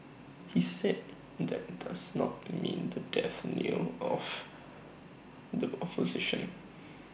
he said that does not mean the death knell of the opposition